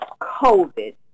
COVID